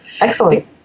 Excellent